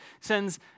sends